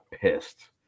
pissed